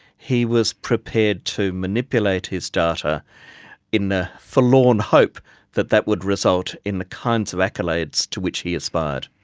he was prepared to manipulate his data in the forlorn hope that that would result in the kinds of accolades to which he aspired.